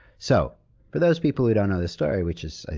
so for those people who don't know the story, which is, i